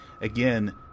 again